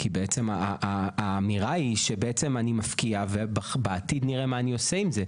כי האמירה היא שבעצם אני מפקיע ובעתיד נראה מה אני עושה עם זה.